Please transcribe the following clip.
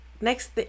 next